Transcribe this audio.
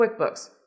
QuickBooks